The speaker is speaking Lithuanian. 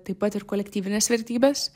taip pat ir kolektyvinės vertybės